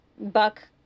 Buck